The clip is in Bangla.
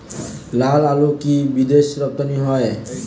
লালআলু কি বিদেশে রপ্তানি হয়?